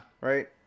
Right